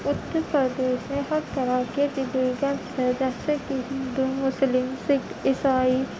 اتر پردیش میں ہر طرح کے ریلیجنس ہیں جیسے کہ ہندو مسلم سکھ عیسائی